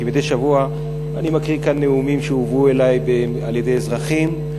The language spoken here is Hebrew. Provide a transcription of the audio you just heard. כמדי שבוע אני מקריא כאן נאומים שהועברו אלי על-ידי אזרחים.